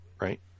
right